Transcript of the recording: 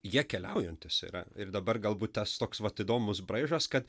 jie keliaujantys yra ir dabar galbūt tas toks pat įdomus braižas kad